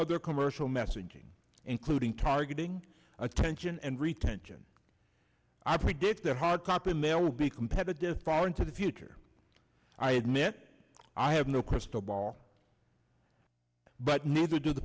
other commercial messaging including targeting attention and retention i predict that hard copy mail will be competitive far into the future i admit i have no crystal ball but neither do the